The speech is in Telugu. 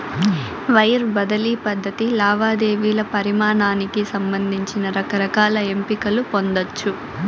వైర్ బదిలీ పద్ధతి లావాదేవీల పరిమానానికి సంబంధించి రకరకాల ఎంపికలు పొందచ్చు